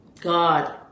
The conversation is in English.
God